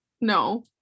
No